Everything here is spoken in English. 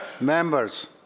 members